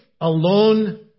alone